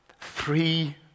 three